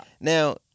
Now